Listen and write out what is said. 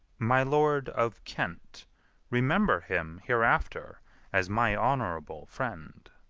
my lord of kent remember him hereafter as my honourable friend.